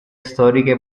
storiche